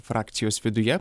frakcijos viduje